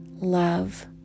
love